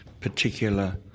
particular